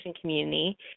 community